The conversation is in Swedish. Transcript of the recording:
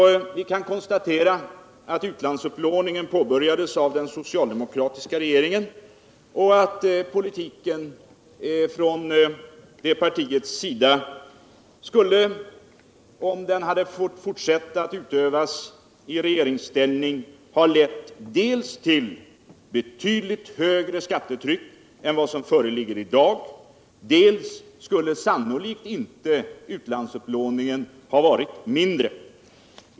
Man kan då konstatera att utlandsupplåningen påbörjades av den socialdemokratiska regeringen och att politiken från det partiets sida skulle, om den hade fått fortsätta att utövas i regeringsstiällning, ha lett dels till betydligt hårdare skattetryck än vad vi har i dag, dels ull att utlandsupplåningen sannolikt inte hade varit mindre.